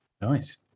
Nice